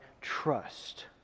trust